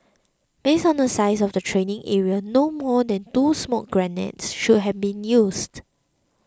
based on the size of the training area no more than two smoke grenades should have been used